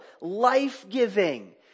life-giving